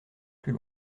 plus